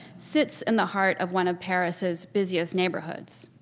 sits in the heart of one of paris's busiest neighborhoods.